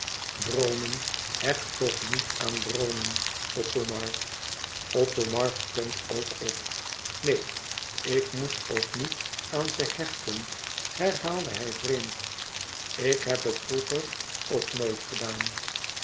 droomen hecht toch niet aan droomen othomar othomar stond ook op neen ik moest ook niet aan ze hechten herhaalde hij vreemd ik heb het vroeger ook nooit gedaan